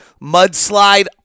Mudslide